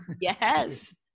Yes